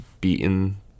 beaten